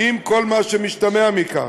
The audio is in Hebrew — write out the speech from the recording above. עם כל מה שמשתמע מכך.